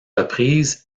reprises